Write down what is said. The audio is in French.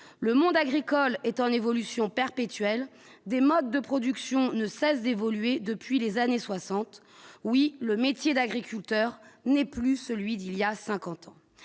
le monde agricole est en évolution perpétuelle des modes de production ne cesse d'évoluer depuis les années 60, oui, le métier d'agriculteur n'est plus celui d'il y a 50 ans,